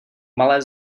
malé